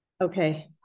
Okay